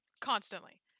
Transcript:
Constantly